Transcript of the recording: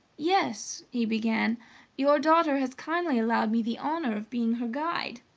yes, he began your daughter has kindly allowed me the honor of being her guide.